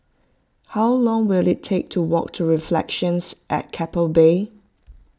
how long will it take to walk to Reflections at Keppel Bay